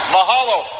Mahalo